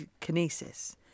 kinesis